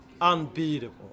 unbeatable